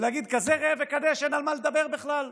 ולהגיד כזה ראה וקדש, אין על מה לדבר בכלל?